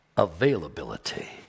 availability